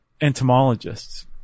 entomologists